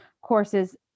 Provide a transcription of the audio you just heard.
courses